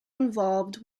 involved